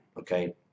Okay